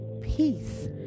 peace